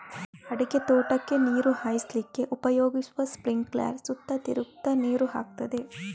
ಅಡಿಕೆ ತೋಟಕ್ಕೆ ನೀರು ಹಾಯಿಸ್ಲಿಕ್ಕೆ ಉಪಯೋಗಿಸುವ ಸ್ಪಿಂಕ್ಲರ್ ಸುತ್ತ ತಿರುಗ್ತಾ ನೀರು ಹಾಕ್ತದೆ